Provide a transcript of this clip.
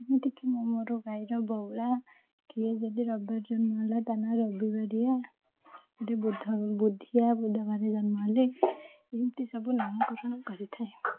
ଏମିତିକି ମୁଁ ମୋ ଗାଈର ବଉଳା କିଏ ଯଦି ରବିବାର ଜନ୍ମ ହେଲା ତା' ନା ରବିବାରିଆ ବୁଢ଼ା ବୁଦ୍ଧିଆ ବୁଧବାରରେ ଜନ୍ମ ହେଲେ ଏମିତି ସବୁ ନାମକରଣ କରିଥାଏ